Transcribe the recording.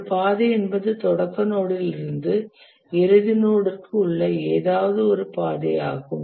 ஒரு பாதை என்பது தொடக்க நோடிலிருந்து இறுதி நோடிற்கு உள்ள ஏதாவது ஒரு பாதை ஆகும்